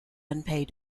unpaid